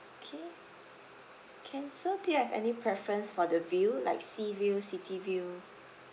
okay can so do you have any preference for the view like sea view city view